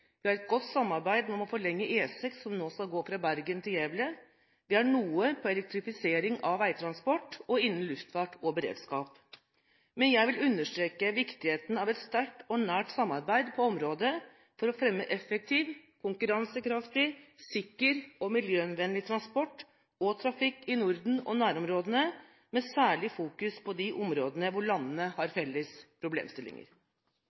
Vi har et godt samarbeid med å forlenge E16, som nå skal gå fra Bergen til Gävle. Vi har noe samarbeid på elektrifisering av veitransport, og innenfor luftfart og beredskap. Men jeg vil understreke viktigheten av et sterkt og nært samarbeid på området for å fremme effektiv, konkurransekraftig, sikker og miljøvennlig transport og trafikk i Norden og nærområdene, med særlig fokusering på de områdene hvor landene har felles problemstillinger.